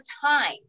time